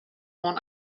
oan